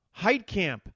Heitkamp